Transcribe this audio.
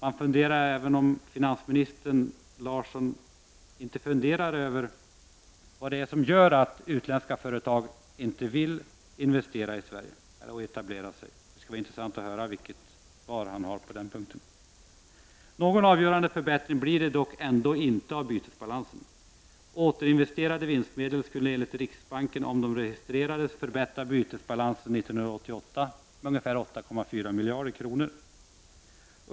Man undrar om finansminister Larsson inte funderar över vad det är som gör att utländska företag inte vill etablera sig i Sverige. Det skulle vara intressant att höra vilket svar han har. Någon avgörande förbättring av bytesbalansen blir det dock inte. Återinvesterade vinstmedel skulle enligt riksbanken, om de registrerades, förbättra bytesbalansen 1988 med ungefär 8,4 miljarder kronor.